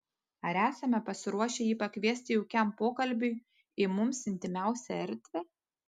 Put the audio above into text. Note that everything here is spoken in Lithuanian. ar esame pasiruošę jį pakviesti jaukiam pokalbiui į mums intymiausią erdvę